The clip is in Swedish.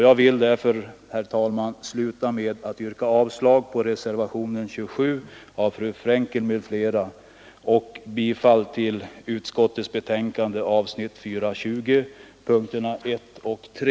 Jag vill därför, herr talman, yrka avslag på reservationen 27 av fru Fre&nkel m.fl. och bifall till utskottets hemställan i punkten 4.20, momenten 1—23.